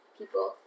people